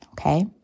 Okay